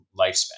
lifespan